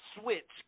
switch